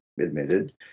admitted